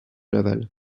laval